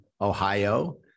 Ohio